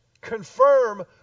Confirm